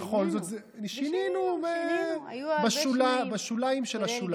ובכל זאת, שינינו בשוליים של השוליים.